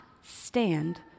stand